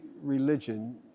religion